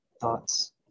thoughts